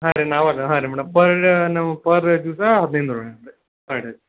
ಹಾಂ ರೀ ನಾವೇ ಅದು ಹಾಂ ರೀ ಮೇಡಮ್ ಪರ್ ನಾವು ಪರ್ ದಿವಸ ಹದಿನೈದು ನೂರು ಪರ್ ಡೇ